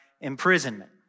imprisonment